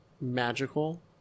magical